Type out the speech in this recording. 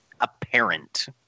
apparent